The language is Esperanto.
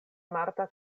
marta